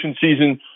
season